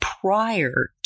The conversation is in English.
prior